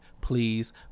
please